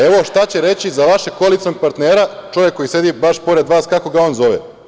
Evo, šta će reći za vaše koalicionog partnera, čovek koji sedi baš pored vas kako ga on zove.